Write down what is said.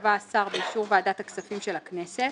שקבע השר באישור ועדת הכספים של הכנסת: